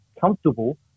comfortable